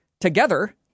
together